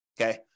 Okay